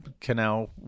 canal